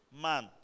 man